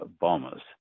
bombers